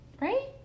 right